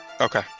Okay